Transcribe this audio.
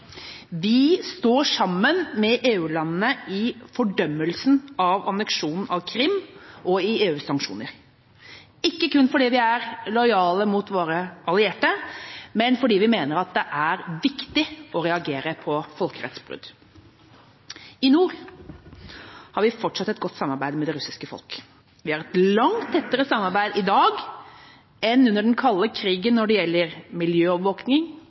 Vi står sammen med EU-landene i fordømmelsen av anneksjonen av Krim og i EUs sanksjoner – ikke kun fordi vi er lojale mot våre allierte, men fordi vi mener at det er viktig å reagere på folkerettsbrudd. I nord har vi fortsatt et godt samarbeid med det russiske folk. Vi har et langt tettere samarbeid i dag enn under den kalde krigen når det gjelder miljøovervåkning,